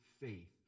faith